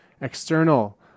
external